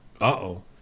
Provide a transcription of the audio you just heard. Uh-oh